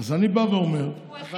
הוא הכין על כל פרשת שופטים.